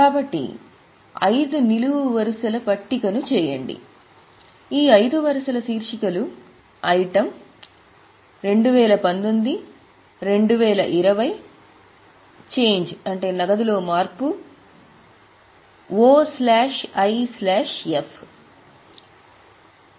కాబట్టి సాధారణంగా 5 నిలువు వరుసల పట్టికను చేయండి ఈ ఐదు వరుసల శీర్షికలు ఐటమ్ 2019 2020 చేంజ్ OIF